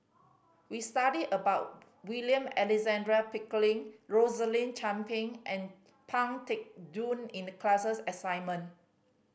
we studied about William Alexander Pickering Rosaline Chan Pang and Pang Teck Joon in the class assignment